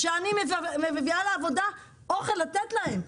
ושאני מביאה לעבודה אוכל לתת להם.